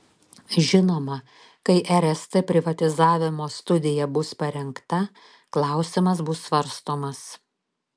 žinoma kai rst privatizavimo studija bus parengta klausimas bus svarstomas